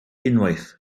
unwaith